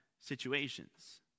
situations